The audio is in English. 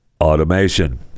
automation